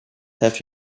have